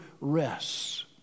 rests